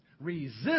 Resist